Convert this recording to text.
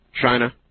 China